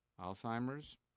Alzheimer's